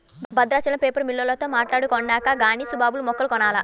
Bhadrachalam paper మిల్లోల్లతో మాట్టాడుకొన్నాక గానీ సుబాబుల్ మొక్కలు కొనాల